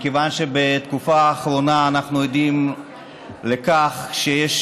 מכיוון שבתקופה האחרונה אנחנו עדים לכך שיש